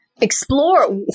explore